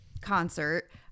concert